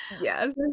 Yes